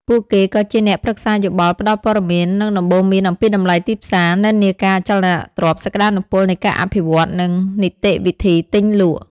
ពួកគេក៏ជាអ្នកប្រឹក្សាយោបល់ ផ្តល់ព័ត៌មាន និងដំបូន្មានអំពីតម្លៃទីផ្សារ និន្នាការអចលនទ្រព្យ សក្តានុពលនៃការអភិវឌ្ឍន៍ និងនីតិវិធីទិញ លក់។